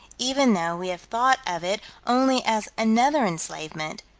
even though we have thought of it only as another enslavement,